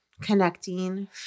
connecting